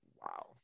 wow